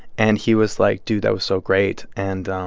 and he was like, dude, that was so great. and,